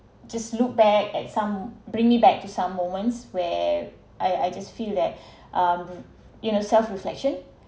just look back at some bring me back to some moments where I I just feel that um you know self reflection